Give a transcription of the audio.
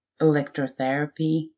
electrotherapy